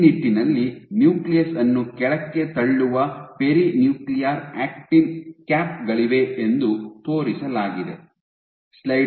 ಈ ನಿಟ್ಟಿನಲ್ಲಿ ನ್ಯೂಕ್ಲಿಯಸ್ ಅನ್ನು ಕೆಳಕ್ಕೆ ತಳ್ಳುವ ಪೆರಿನ್ಯೂಕ್ಲಿಯರ್ ಆಕ್ಟಿನ್ ಕ್ಯಾಪ್ ಗಳಿವೆ ಎಂದು ತೋರಿಸಲಾಗಿದೆ